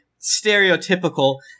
stereotypical